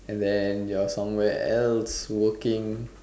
and then you're somewhere else working